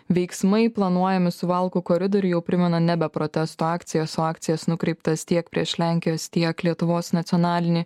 veiksmai planuojami suvalkų koridoriuj jau primena nebe protesto akcijas o akcijas nukreiptas tiek prieš lenkijos tiek lietuvos nacionalinį